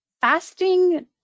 Fasting